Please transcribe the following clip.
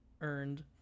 earned